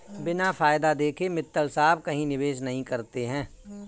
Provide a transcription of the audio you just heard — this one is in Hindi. बिना फायदा देखे मित्तल साहब कहीं निवेश नहीं करते हैं